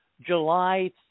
July